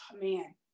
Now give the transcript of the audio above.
man